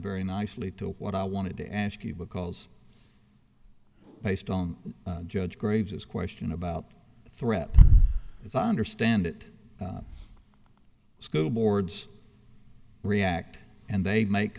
very nicely to what i wanted to ask you because based on judge graves this question about the threat as i understand it school boards react and they make